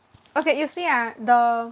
okay you see ah the